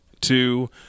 two